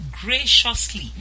graciously